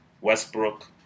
Westbrook